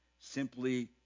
simply